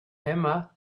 emma